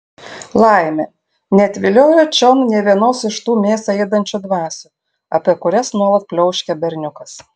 laimė neatviliojo čion nė vienos iš tų mėsą ėdančių dvasių apie kurias nuolat pliauškia berniukas